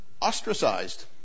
ostracized